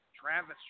Travis